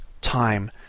time